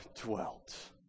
dwelt